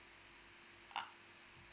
ah